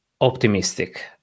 optimistic